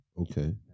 Okay